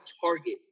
target